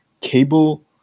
cable